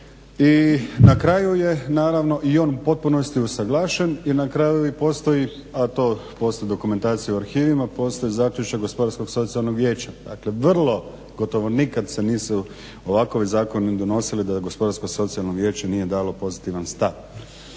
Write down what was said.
I na kraju je naravno i on u potpunosti usuglašen i na kraju i postoji, a to postoji dokumentacija u arhivima, postoji zaključak GSV-a. Dakle, vrlo gotovo nikad se nisu ovakvi zakoni donosili da GSV nije dalo pozitivan stav.